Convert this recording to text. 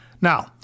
Now